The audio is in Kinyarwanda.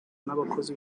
n’abakozi